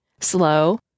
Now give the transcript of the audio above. slow